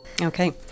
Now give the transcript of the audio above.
Okay